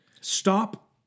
stop